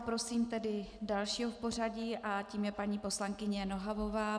Poprosím tedy dalšího v pořadí a tím je paní poslankyně Nohavová.